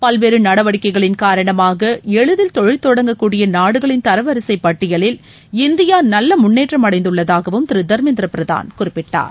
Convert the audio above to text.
பல்வேறு நடவடிக்கைகளின் காரணமாக எளிதில் தொழில் தொடங்க கூடிய நாடுகளின் தரவரிசைப் பட்டியலில் இந்தியா நல்ல முன்னேற்றம் அடைந்துள்ளதாகவும் திரு தர்மேந்திர பிரதான் குறிப்பிட்டார்